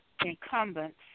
incumbents